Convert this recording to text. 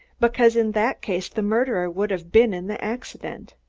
because in that case the murderer would have been in the accident.